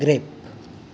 grape